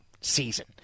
season